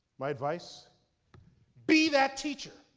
my advice be that teacher.